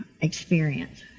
experience